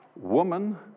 Woman